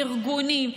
ארגונים.